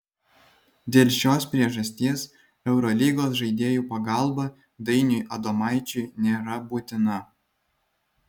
dėl šios priežasties eurolygos žaidėjų pagalba dainiui adomaičiui nėra būtina